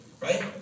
right